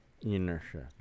inertia